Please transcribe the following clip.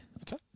okay